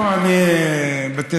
לא באקדמיה.